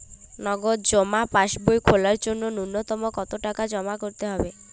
নগদ জমা পাসবই খোলার জন্য নূন্যতম কতো টাকা জমা করতে হবে?